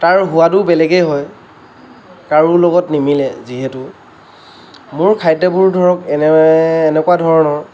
তাৰ সোৱাদো বেলেগেই হয় কাৰোঁ লগত নিমিলে যিহেতু মোৰ খাদ্যবোৰ ধৰক এনে এনেকুৱা ধৰণৰ